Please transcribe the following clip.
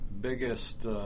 biggest –